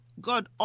God